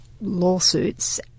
lawsuits